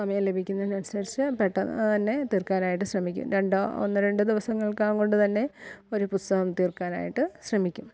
സമയം ലഭിക്കുന്നതിനനുസരിച്ച് പെട്ടെന്ന് തന്നെ തീർക്കാനായിട്ട് ശ്രമിക്കും രണ്ടോ ഒന്നോ രണ്ടോ ദിവസങ്ങൾക്കകം കൊണ്ട് തന്നെ ഒരു പുസ്തകം തീർക്കാനായിട്ട് ശ്രമിക്കും